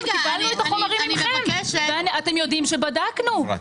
קיבלנו את החומרים מכם --- אני מבקשת --- אתם יודעים שבדקנו,